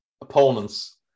opponents